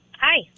Hi